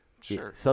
Sure